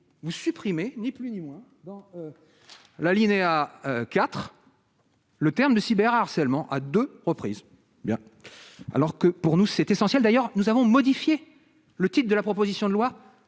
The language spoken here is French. vous supprimez ni plus ni moins bon l'alinéa IV le terme de cyber harcèlement à 2 reprises bien alors que pour nous c'est essentiel d'ailleurs, nous avons modifié le type de la proposition de loi